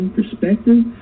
Perspective